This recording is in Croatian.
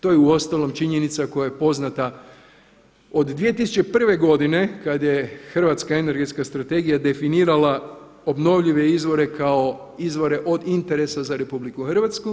To je uostalom činjenica koja je poznata od 2001. godine kada je Hrvatska energetska strategija definirala obnovljive izvore kao izvore od interesa za RH.